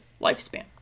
lifespan